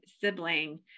sibling